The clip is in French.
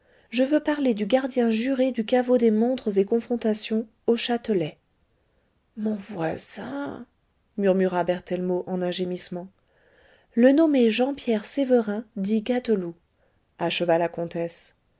je veux parler du gardien juré du caveau des montres et confrontations au châtelet mon voisin murmura berthellemot en un gémissement le nommé jean pierre sévérin dit gâteloup acheva la comtesse